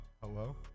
Hello